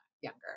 younger